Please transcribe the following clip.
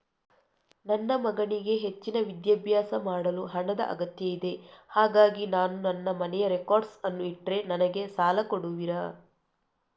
ನನ್ನ ಮಗನಿಗೆ ಹೆಚ್ಚಿನ ವಿದ್ಯಾಭ್ಯಾಸ ಮಾಡಲು ಹಣದ ಅಗತ್ಯ ಇದೆ ಹಾಗಾಗಿ ನಾನು ನನ್ನ ಮನೆಯ ರೆಕಾರ್ಡ್ಸ್ ಅನ್ನು ಇಟ್ರೆ ನನಗೆ ಸಾಲ ಕೊಡುವಿರಾ?